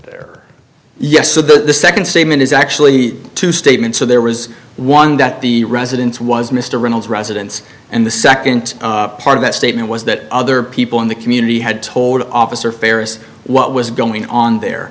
there yes so the second statement is actually two statements so there was one that the residence was mr reynolds residence and the second part of that statement was that other people in the community had told officer farris what was going on